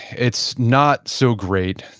it's not so great.